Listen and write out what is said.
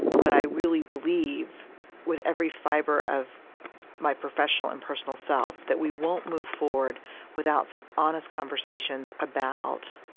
but i really believe with every fiber of my professional and personal self that we won't move forward without some honest conversations about